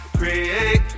Create